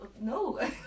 no